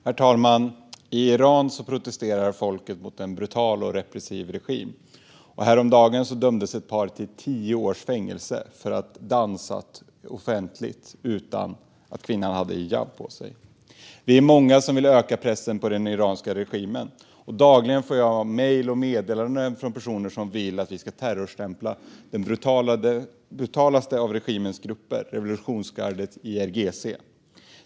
Herr talman! I Iran protesterar folket mot en brutal och repressiv regim. Häromdagen dömdes ett par till tio års fängelse för att ha dansat offentligt utan att kvinnan hade hijab på sig. Vi är många som vill öka pressen på den iranska regimen. Dagligen får jag mejl och meddelanden från personer som vill att vi ska terrorstämpla den brutalaste av regimens grupper, revolutionsgardet IRGC.